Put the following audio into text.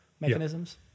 mechanisms